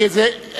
למה שניים?